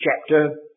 chapter